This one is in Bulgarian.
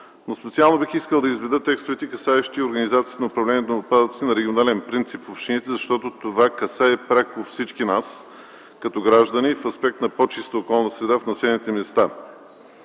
Специално бих искал да изведа текстовете, касаещи организацията на управлението на отпадъците на регионален принцип в общините, защото това касае пряко всички нас като граждани и в аспект на по-чиста околна среда в населените места